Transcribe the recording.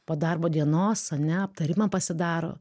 po darbo dienos ane aptarimą pasidaro